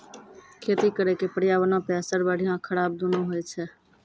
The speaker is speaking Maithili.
खेती करे के पर्यावरणो पे असर बढ़िया खराब दुनू होय छै